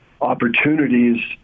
opportunities